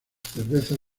cervezas